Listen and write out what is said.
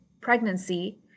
pregnancy